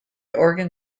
organ